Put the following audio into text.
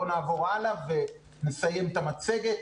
בוא נעבור הלאה ונסיים את המצגת.